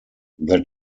their